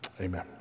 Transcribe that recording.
Amen